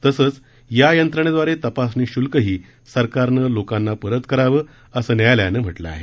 तसेच या यंत्रणेद्वारे तपासणी शुल्कही सरकारने लोकांना परत करावे असंही न्यायालयाने म्हटले आहे